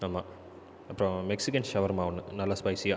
ஆமாம் அப்புறம் மெக்சிகன் ஷவர்மா ஒன்று நல்லா ஸ்பைஸியாக